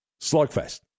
Slugfest